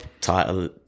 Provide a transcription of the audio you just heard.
title